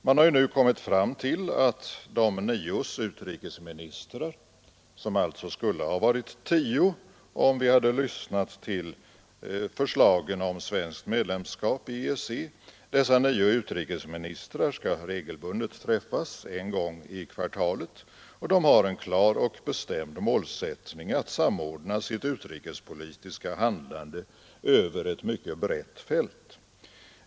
Man har nu kommit fram till att De nios utrikesministrar — som alltså skulle ha varit tio om vi hade lyssnat till förslaget om svenskt medlemskap i EEC — regelbundet skall träffas en gång i kvartalet. De har en klar och bestämd målsättning att samordna sitt utrikespolitiska handlande över ett mycket brett fält.